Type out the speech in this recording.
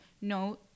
no